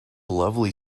lovely